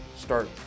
start